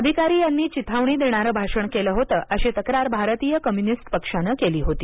अधिकारी यांनी चिथावणी देणारं भाषण केलं होतं अशी तक्रार भारतीय कम्युनिस्ट पक्षानं केली होती